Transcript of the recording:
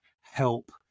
help